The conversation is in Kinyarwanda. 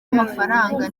amafaranga